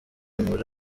muri